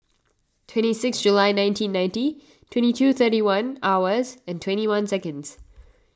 twenty six July nineteen ninety twenty two thirty one hours and twenty one seconds